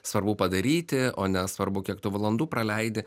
svarbu padaryti o ne svarbu kiek tu valandų praleidi